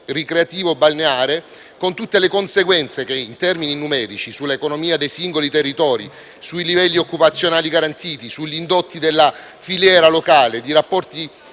turistico-ricreativo-balneare con tutte le conseguenze in termini numerici sull'economia dei singoli territori, sui livelli occupazionali garantiti, sugli indotti della filiera locale di prodotti